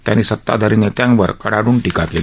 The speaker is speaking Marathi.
त्यांनी सत्ताधारी नेत्यांवर कडाडून टीका केली